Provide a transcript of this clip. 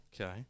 Okay